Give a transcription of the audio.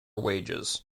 wages